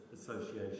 Association